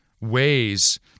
ways